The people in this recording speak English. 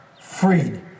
freed